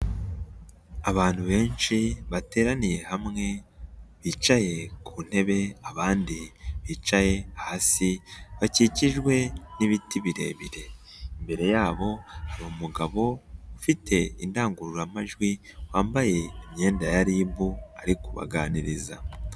Abantu benshi bateraniye hamwe bicaye ku ntebe abandi bicaye hasi bakikijwe n'ibiti birebire, imbere yabo hari umugabo ufite indangururamajwi wambaye imyenda ya RIB ari kubaganiriza.